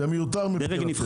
זה מיותר מבחינתכם.